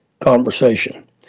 conversation